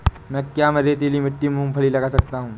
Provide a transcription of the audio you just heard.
क्या मैं रेतीली मिट्टी में मूँगफली लगा सकता हूँ?